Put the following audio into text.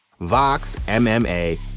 VOXMMA